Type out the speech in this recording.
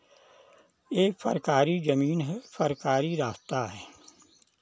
ये सरकारी ज़मीन है सरकारी रास्ता है